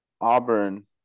Auburn